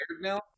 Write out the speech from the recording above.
now